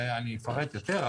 אני אפרט יותר,